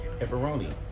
pepperoni